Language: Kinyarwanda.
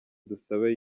dusabe